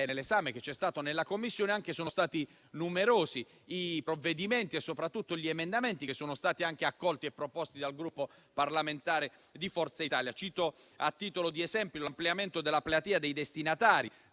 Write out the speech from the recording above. dell'esame che c'è stato in Commissione, sono stati numerosi i provvedimenti e soprattutto gli emendamenti accolti che sono stati proposti dal Gruppo parlamentare di Forza Italia. Cito, a titolo di esempio, l'ampliamento della platea dei destinatari